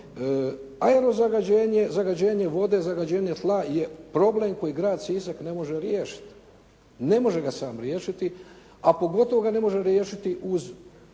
aero zagađenje, zagađenje vode, zagađenje tla je problem koji grad Sisak ne može riješiti. Ne može ga sam riješiti, a pogotovo ga ne može riješiti uz